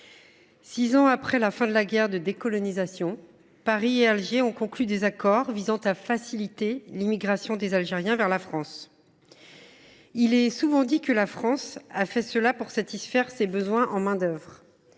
Six ans après la fin de la guerre de décolonisation, Paris et Alger ont conclu des accords visant à faciliter l’émigration des Algériens vers la France. Il est souvent dit que la France a fait cela pour satisfaire ses besoins en main d’œuvre.